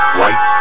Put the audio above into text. white